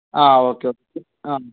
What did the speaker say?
ആ okay okay ആ